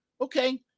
okay